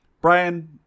Brian